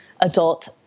adult